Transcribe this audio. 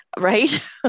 Right